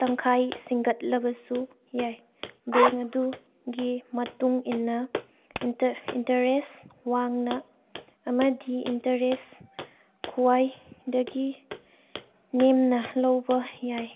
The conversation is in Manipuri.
ꯇꯪꯈꯥꯏ ꯁꯤꯡꯒꯠꯂꯕꯁꯨ ꯌꯥꯏ ꯕꯦꯡ ꯑꯗꯨ ꯒꯤ ꯃꯇꯨꯡ ꯏꯟꯅ ꯏꯟꯇꯔꯦꯁ ꯋꯥꯡꯅ ꯑꯃꯗꯤ ꯏꯟꯇꯔꯦꯁ ꯈ꯭ꯋꯥꯏ ꯗꯒꯤ ꯅꯦꯝꯅ ꯂꯧꯕ ꯌꯥꯏ